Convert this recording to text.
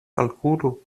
kalkulu